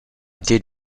did